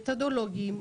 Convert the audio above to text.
מתודולוגיים,